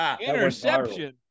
interception